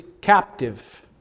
captive